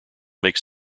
makes